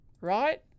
Right